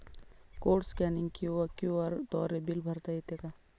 Code scanning किंवा Q R द्वारे bill भरता येते का?